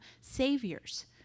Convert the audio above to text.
saviors